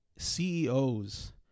CEOs